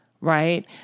right